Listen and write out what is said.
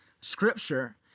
scripture